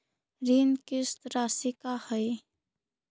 ऋण किस्त रासि का हई?